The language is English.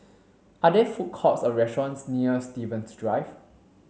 are there food courts or restaurants near Stevens Drive